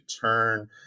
turn